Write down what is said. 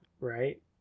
right